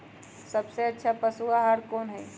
सबसे अच्छा पशु आहार कोन हई?